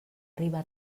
arribar